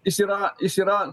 jis yra jis yra